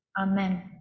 Amen